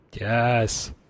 Yes